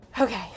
Okay